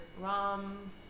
rum